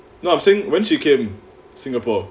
no I'm saying when she came singapore